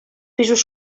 pisos